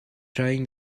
trying